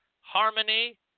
harmony